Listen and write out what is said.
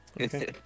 Okay